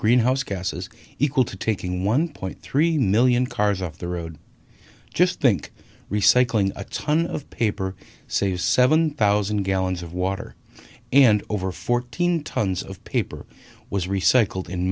greenhouse gases equal to taking one point three million cars off the road just think recycling a ton of paper say to seven thousand gallons of water and over fourteen tons of paper was recycled in